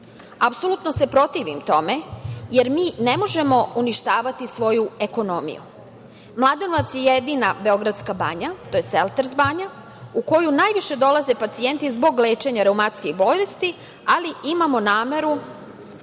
Apsolutno se protivim tome, jer mi ne možemo uništavati svoju ekonomiju. Mladenovac je jedina beogradska banja, to je Selters banja u koju najviše dolaze pacijenti zbog lečenja reumatskih bolesti, ali imamo nameru